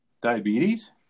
Diabetes